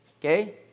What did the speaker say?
okay